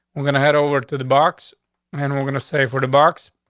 we're gonna head over to the box and we're gonna say for the box